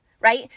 right